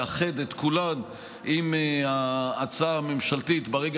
לאחד את כולן עם ההצעה הממשלתית ברגע